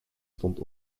stond